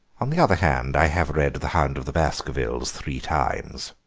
on the other hand, i have read the hound of the baskervilles three times.